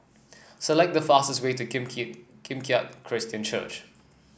select the fastest way to Kim Keat Kim Keat Christian Church